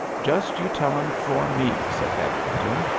just you tell em for me, said hetherington,